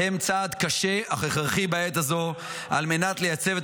הוא צעד קשה אך הכרחי בעת הזאת על מנת לייצב את